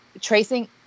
tracing